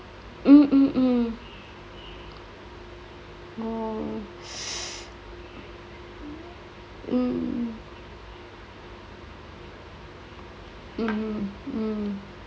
mm mm mm oh mm mm mm